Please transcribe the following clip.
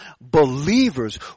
believers